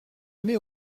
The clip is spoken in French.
mets